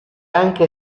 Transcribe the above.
anche